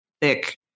thick